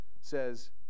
says